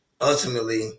ultimately